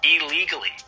illegally